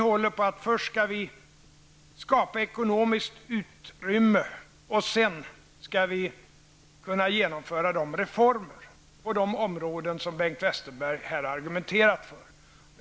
Men först skall vi skapa ett ekonomiskt utrymme och sedan genomföra de reformer på de områden som Bengt Westerberg här har argumenterat för.